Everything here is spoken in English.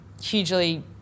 hugely